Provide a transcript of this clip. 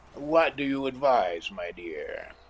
what do you advise, my dear?